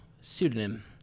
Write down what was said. pseudonym